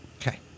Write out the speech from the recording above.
Okay